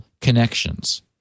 connections